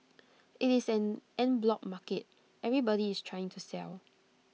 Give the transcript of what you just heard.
IT is an en bloc market everybody is trying to sell